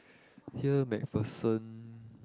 here MacPherson